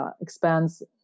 expands